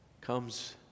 comes